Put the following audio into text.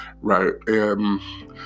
right